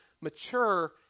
mature